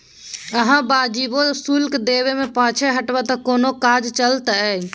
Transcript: अहाँ वाजिबो शुल्क दै मे पाँछा हटब त कोना काज चलतै